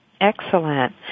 Excellent